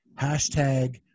hashtag